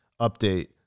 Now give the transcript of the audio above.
update